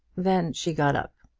then she got up.